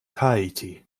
tahiti